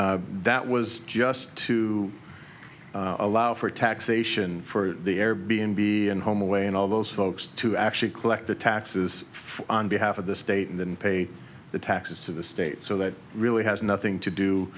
vetoed that was just to allow for taxation for the air b n b and home away and all those folks to actually collect the taxes on behalf of the state and then pay the taxes to the states so that really has nothing to do